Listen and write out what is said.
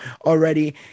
already